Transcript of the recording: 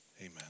amen